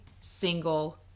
single